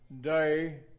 Day